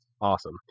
Awesome